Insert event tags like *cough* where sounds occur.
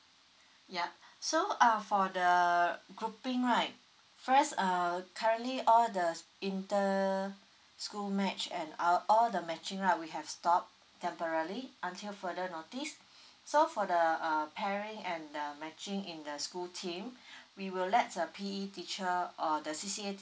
yup so uh for the grouping right first err currently all the internal school match an our all the matching lah we have stop temporary until further notice so for the uh pairing and uh matching in the school team *breath* we will lets the P E teacher or the C C A